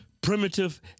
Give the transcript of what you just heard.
primitive